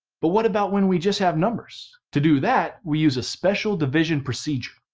but what about when we just have numbers. to do that, we use a special division procedure.